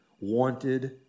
wanted